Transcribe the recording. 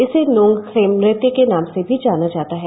इसे नॉगखेम नृत्य के नाम से भी जाना जाता है